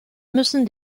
müssen